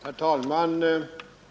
Herr talman!